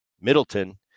Middleton